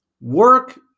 work